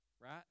right